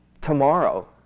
tomorrow